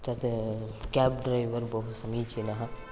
तद् cab driver बहु समीचीनः